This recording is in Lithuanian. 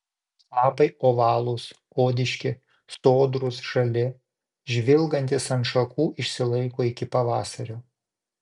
lapai ovalūs odiški sodrūs žali žvilgantys ant šakų išsilaiko iki pavasario